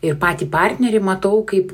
ir patį partnerį matau kaip